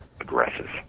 aggressive